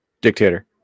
dictator